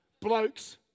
blokes